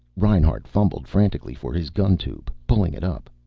reinhart fumbled frantically for his gun tube, pulling it up.